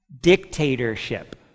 dictatorship